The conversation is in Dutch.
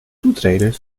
toetreden